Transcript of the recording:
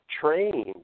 trained